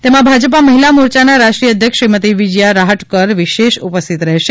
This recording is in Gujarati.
તેમાં ભાજપા મહિલા મોરચાના રાષ્ટ્રીય અધ્યક્ષ શ્રીમતી વિજયા રાહટકર વિશેષ ઉપસ્થિત રહેશે